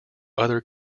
other